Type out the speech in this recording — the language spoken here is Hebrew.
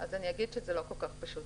זה לא כל כך פשוט.